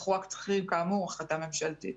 אנחנו רק צריכים, כאמור, החלטה ממשלתית.